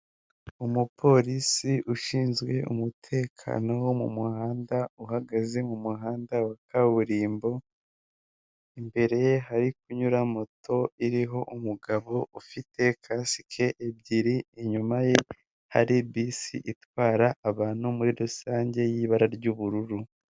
Umupolisi ushinzwe umutekano wo mu muhanda uhagaze mu muhanda wa kaburimbo. Imbere ye hari kunyura moto iriho umugabo ufite kasike ebyiri. Inyuma ye hari bisi itwara abantu muri rusange, y'ibara ry'ubururu.